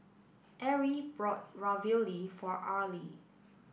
Erie bought Ravioli for Arlie